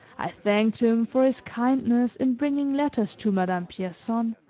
i thanked him for his kindness in bringing letters to madame pierson